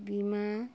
বিমা